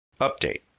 Update